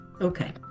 okay